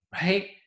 right